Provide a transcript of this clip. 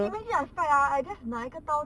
imagine I fight ah I just 拿一个刀